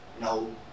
no